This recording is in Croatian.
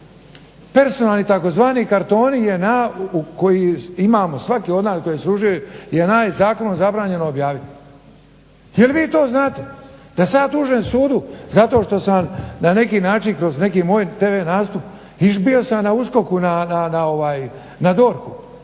Personalni tzv. kartoni JNA koji imamo svaki od nas koji je služio JNA je zakonom zabranjeno objaviti. Je li vi to znate? Da sam ja tužen sudu zato što sam na neki način kroz neki moj tv nastup bio sam na USKOK-u,